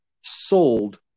sold